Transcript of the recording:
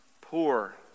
poor